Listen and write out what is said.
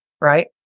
Right